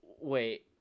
Wait